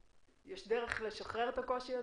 יש דרך לשחרר את הקושי הזה?